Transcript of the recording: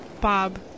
bob